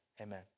amen